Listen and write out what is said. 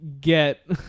get